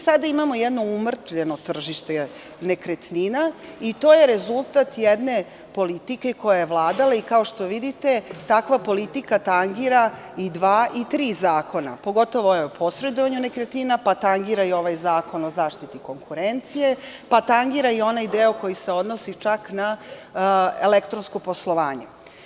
Sada imamo jedno umrtvljeno tržište nekretnina i to je rezultat jedne politike koja je vladala, i kao što vidite takva politika tangira i dva i tri zakona, pogotovo ovaj o posredovanju nekretnina, pa tangira i ovaj Zakon o zaštiti konkurencije, pa tangira i onaj deo koji se odnosi čak na elektronsko poslovanje.